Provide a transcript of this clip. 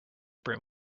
brim